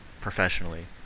professionally